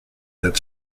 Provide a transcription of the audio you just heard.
that